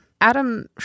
Adam